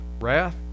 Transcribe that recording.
wrath